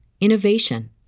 innovation